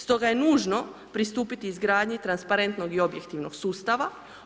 Stoga je nužno pristupiti izgradnji transparentnog i objektivnog sustava.